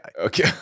Okay